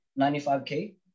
95k